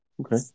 okay